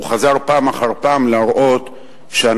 הוא חזר פעם אחר פעם להראות שאנחנו,